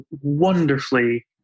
wonderfully